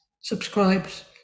subscribes